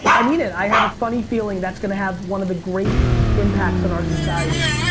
i mean it i have a funny feeling that's gonna have one of the great impacts on our society.